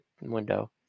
window